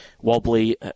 wobbly